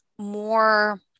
More